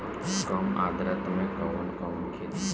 कम आद्रता में कवन कवन खेती होई?